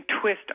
twist